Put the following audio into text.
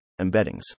embeddings